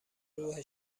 روح